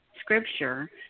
scripture